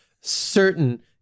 certain